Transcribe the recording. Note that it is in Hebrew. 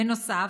בנוסף,